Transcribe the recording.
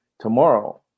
tomorrow